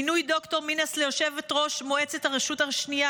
מינוי ד"ר מינס ליושבת-ראש מועצת הרשות השנייה,